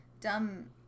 dumb